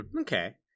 Okay